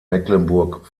mecklenburg